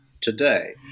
today